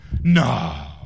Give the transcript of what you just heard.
no